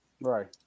right